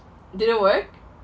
didn't work